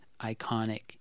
iconic